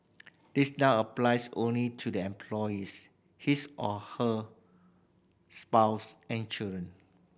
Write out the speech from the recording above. this now applies only to the employees his or her spouse and children